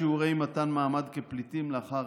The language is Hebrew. הם פורשים מהאמנה, בשיעורי מתן מעמד כפליטים לאחר